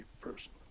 person